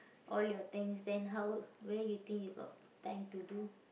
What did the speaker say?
all your things then how where you think you got time to do